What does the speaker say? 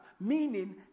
Meaning